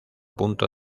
punto